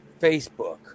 Facebook